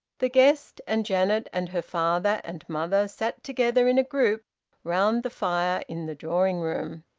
the guest, and janet and her father and mother sat together in a group round the fire in the drawing-room.